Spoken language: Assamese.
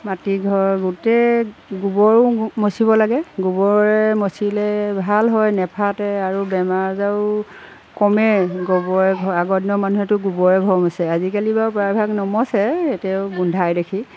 মাটি ঘৰ গোটেই গোবৰেও মচিব লাগে গোবৰে মচিলে ভাল হয় নাফাটে আৰু বেমাৰ আজাৰো কমে গোবৰে ঘৰ আগৰ দিনৰ মানুহেতো গোবৰে ঘৰ মচে আজিকালি বাৰু প্ৰায়ভাগ নমচে এতিয়া আৰু গোন্ধাই দেখি